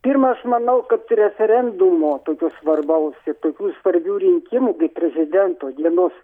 pirma aš manau kad referendumo tokio svarbaus čia tokių svarbių rinkimų prezidento dienos